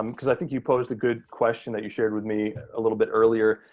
um cause i think you posed a good question that you shared with me a little bit earlier,